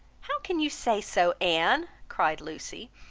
how can you say so, anne? cried lucy,